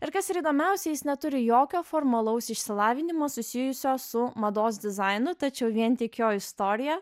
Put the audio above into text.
ir kas yra įdomiausia jis neturi jokio formalaus išsilavinimo susijusio su mados dizainu tačiau vien tik jo istorija